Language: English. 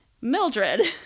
Mildred